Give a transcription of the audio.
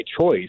choice